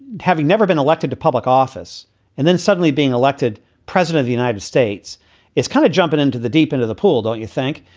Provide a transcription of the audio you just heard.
having never been elected to public office and then suddenly being elected president, the united states is kind of jumping into the deep into the pool, don't you think?